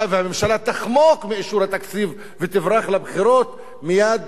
והממשלה יחמקו מאישור התקציב ויברחו לבחירות מייד